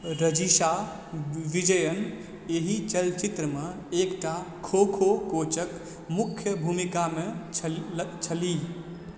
रजिशा विजयन एहि चलचित्रमे एकटा खो खो कोचक मुख्य भूमिकामे छलीह